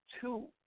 Two